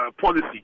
policy